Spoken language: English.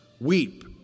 weep